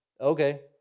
okay